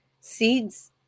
Seeds